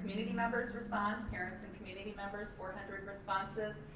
community members respond, parents and community members, four hundred responses,